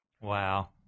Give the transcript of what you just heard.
Wow